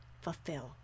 fulfill